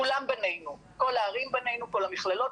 כולם בנינו, כל הערים, המכללות